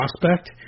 prospect